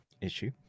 issue